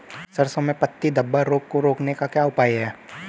सरसों में पत्ती धब्बा रोग को रोकने का क्या उपाय है?